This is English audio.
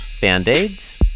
band-aids